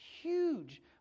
huge